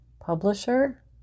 publisher